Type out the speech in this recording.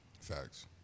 Facts